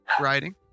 riding